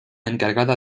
encargada